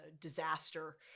disaster